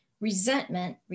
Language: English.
Resentment